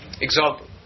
Example